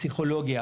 פסיכולוגיה,